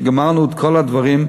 כשגמרנו את כל הדברים: